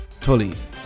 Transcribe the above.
Tully's